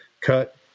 cut